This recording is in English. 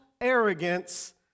arrogance